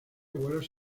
vuelos